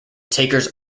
takers